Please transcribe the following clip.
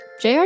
Jr